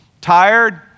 tired